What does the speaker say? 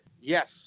Yes